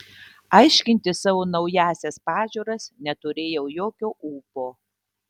aiškinti savo naująsias pažiūras neturėjau jokio ūpo